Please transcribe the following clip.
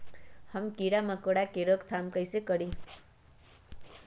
हम किरा मकोरा के रोक थाम कईसे करी?